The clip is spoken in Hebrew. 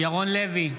ירון לוי,